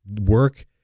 work